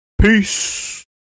Peace